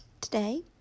today